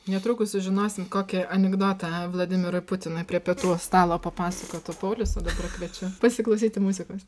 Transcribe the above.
netrukus sužinosim kokį anekdotą vladimirui putinui prie pietų stalo papasakotų paulius o dabar kviečiu pasiklausyti muzikos